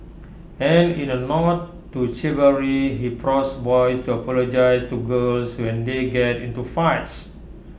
and in A nod to chivalry he prods boys to apologise to girls when they get into fights